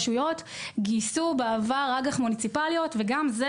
גייסו בעבר אג"ח מוניציפליות וגם זה,